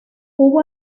hubo